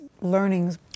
learnings